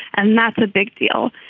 and that's a big deal.